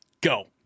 go